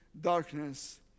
darkness